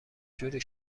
جوری